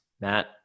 Matt